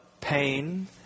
pain